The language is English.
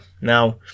Now